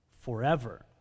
forever